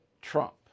Trump